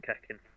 kicking